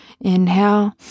inhale